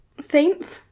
Saints